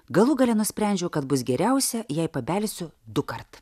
galų gale nusprendžiau kad bus geriausia jei pabelsiu dukart